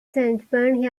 schaumburg